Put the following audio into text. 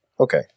Okay